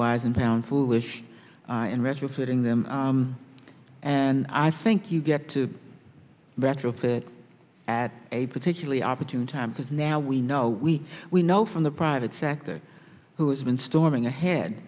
wise and pound foolish in regulating them and i think you get to retrofit at a particularly opportune time because now we know we we know from the private sector who has been storming ahead